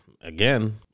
again